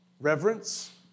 Reverence